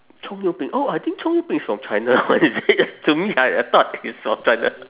葱油饼 oh I think 葱油饼 is from china one is it to me I I thought it's from china